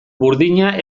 burdina